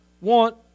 want